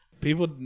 People